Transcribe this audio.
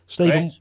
Stephen